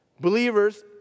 Believers